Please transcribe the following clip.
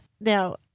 Now